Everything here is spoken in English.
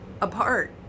apart